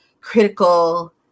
critical